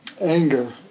anger